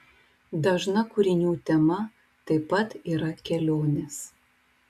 dažna kūrinių tema taip pat yra kelionės